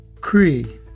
Cree